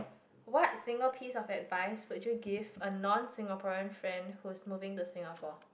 what single piece of advice would you give a non Singaporean friend who's moving to Singapore